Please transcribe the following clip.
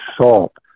salt